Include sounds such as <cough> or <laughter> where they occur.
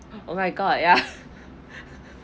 oh my god ya <laughs>